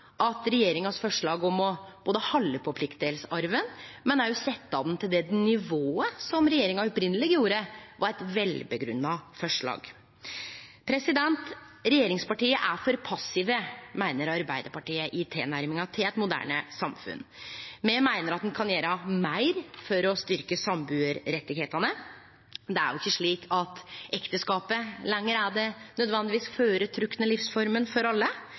at regjeringas forslag om å både halde på pliktdelsarven òg setje han til det nivået som regjeringa opphavleg gjorde, var eit velgrunna forslag. Regjeringspartia er for passive i tilnærminga til eit moderne samfunn, meiner Arbeidarpartiet. Me meiner at ein kan gjere meir for å styrkje sambuarrettane. Det er jo ikkje lenger slik at ekteskapet nødvendigvis er den føretrekte livsforma for alle.